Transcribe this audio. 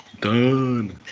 Done